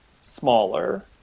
smaller